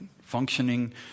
functioning